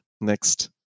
next